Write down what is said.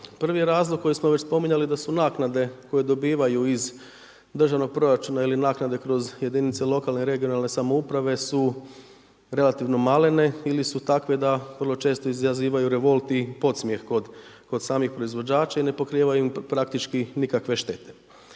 Prvi razlog koji smo već spominjali da su naknade koje dobivaju iz državnog proračuna ili naknade kroz jedinice lokalne ili regionalne samouprave su relativno malene ili su takve da vrlo često izazivaju revolt i podsmijeh kod samih proizvođača i ne pokrivaju im zapravo nikakve štete.